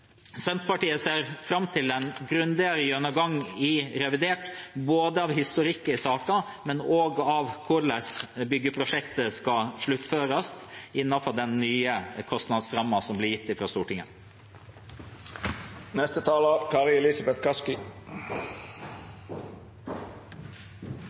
Senterpartiet ser fram til en grundigere gjennomgang i revidert av historikken i saken, men også av hvordan byggeprosjektet skal sluttføres innenfor den nye kostnadsrammen som blir gitt fra Stortinget.